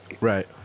Right